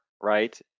right